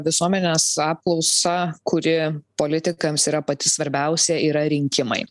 visuomenės apklausa kuri politikams yra pati svarbiausia yra rinkimai